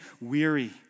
weary